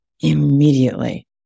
immediately